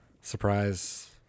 Surprise